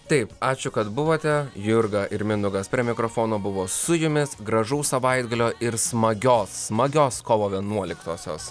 taip ačiū kad buvote jurga ir mindaugas prie mikrofono buvo su jumis gražaus savaitgalio ir smagios smagios kovo vienuoliktosios